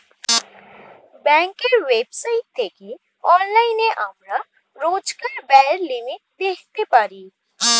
ব্যাঙ্কের ওয়েবসাইট থেকে অনলাইনে আমরা রোজকার ব্যায়ের লিমিট দেখতে পারি